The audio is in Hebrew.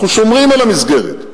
אנחנו שומרים על המסגרת,